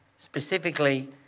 Specifically